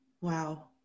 Wow